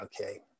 okay